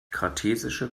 kartesische